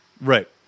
Right